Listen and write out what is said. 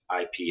IP